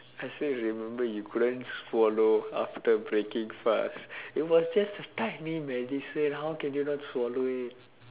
I still remember you couldn't swallow after breaking fast it was just a tiny medicine how can you not swallow it